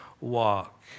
walk